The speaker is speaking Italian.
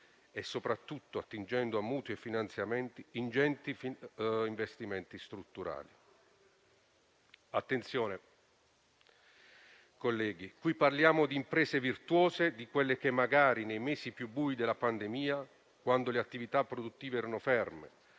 soprattutto a mutui e finanziamenti, ingenti investimenti strutturali. Attenzione, colleghi, qui parliamo di imprese virtuose, che magari nei mesi più bui della pandemia, quando le attività produttive erano ferme